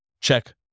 check